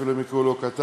אפילו אם יקראו לו "קטן",